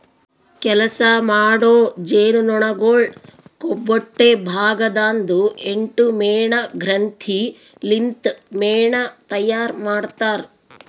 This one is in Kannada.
ಕೆಲಸ ಮಾಡೋ ಜೇನುನೊಣಗೊಳ್ ಕೊಬ್ಬೊಟ್ಟೆ ಭಾಗ ದಾಂದು ಎಂಟು ಮೇಣ ಗ್ರಂಥಿ ಲಿಂತ್ ಮೇಣ ತೈಯಾರ್ ಮಾಡ್ತಾರ್